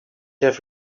have